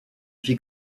fit